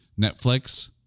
Netflix